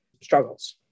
struggles